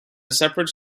separate